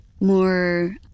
more